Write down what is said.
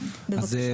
בבקשה.